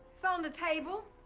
so on the table.